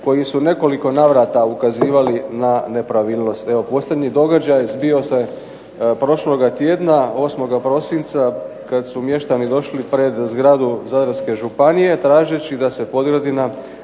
koji su u nekoliko navrata ukazivali na nepravilnost. Evo posljednji događaj zbio se prošloga tjedna 8. prosinca kada su mještani došli pred zgradu Zadarske županije tražeći da se Podgradina